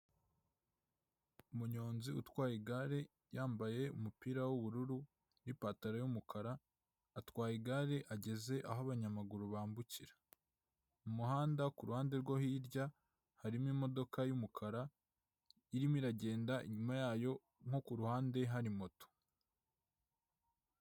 Umunyonzi utwaye igare, yambaye umupira w'ubururu n'ipataro y'umukara, atwaye igare, ageze aho abanyamaguru bambukira. Mu muhanda, ku ruhande rwo hirya harimo imodoka y'umukara irimo iragenda, inyuma yayo, nko ku ruhande hari moto.